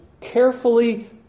carefully